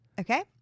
okay